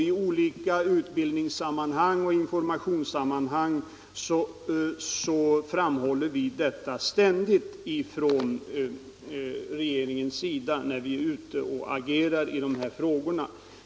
I olika utbildningsoch informationssammanhang framhåller vi också ständigt detta från regeringshåll när vi är ute och agerar i dessa frågor.